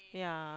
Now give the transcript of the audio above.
yeah